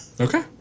Okay